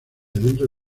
dentro